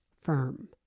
firm